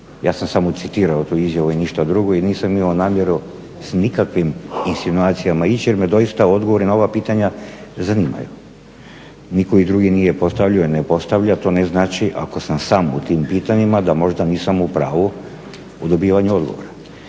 ja sam samo citirao tu izjavu i ništa drugo i nisam imao namjeru s nikakvim insinuacijama ići jer me doista odgovori na ova pitanja zanimaju. Nitko ih drugi nije postavljao i ne postavlja, to ne znači ako sam sam u tim pitanjima da možda nisam u pravu u dobivanju odgovora.